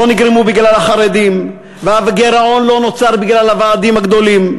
לא נגרמו בגלל החרדים והגירעון לא נוצר בגלל הוועדים הגדולים.